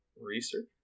research